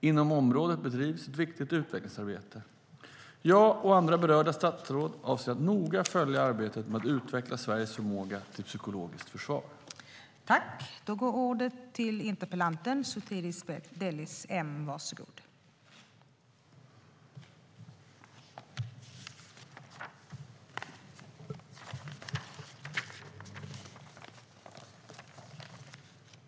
Inom området bedrivs ett viktigt utvecklingsarbete. Jag och andra berörda statsråd avser att noga följa arbetet med att utveckla Sveriges förmåga till psykologiskt försvar.